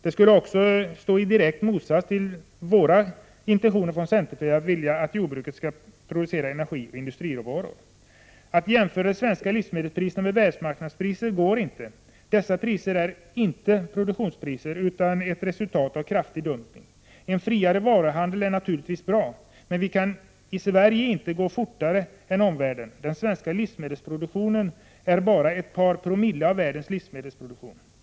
Det skulle också stå i direkt motsats till centerpartiets vilja att jordbruket skall producera energioch industriråvaror. Att jämföra de svenska livsmedelspriserna med världsmarknadspriserna går inte. Dessa priser är inte produktionspriser utan ett resultat av en kraftig dumpning. En friare världshandel är naturligtvis bra, men vi i Sverige kan inte gå fortare fram än omvärlden. Den svenska livsmedelsproduktionen utgör bara ett par promille av världens livsmedelsproduktion.